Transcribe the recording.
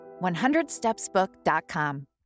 100stepsbook.com